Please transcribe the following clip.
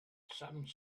some